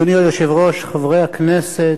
אדוני היושב-ראש, חברי הכנסת,